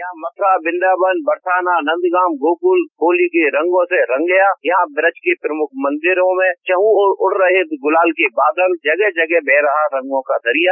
यहाँ मथुरा वृन्दावन बरसाना नंदगांव गोकुल होली रंगों से रंग गया यहाँ ब्रज के प्रमुख मंदिरों में चहाँओर उड़ रहे गुलाल के बादल जगह जगह बह रहा रंगों का दरिया